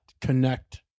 connect